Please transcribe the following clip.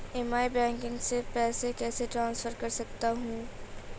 मैं e banking से पैसे कैसे ट्रांसफर कर सकता हूं?